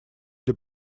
для